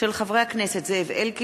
מאת חברי הכנסת אמנון